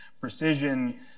precision